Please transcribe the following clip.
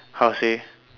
how to say